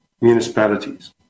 municipalities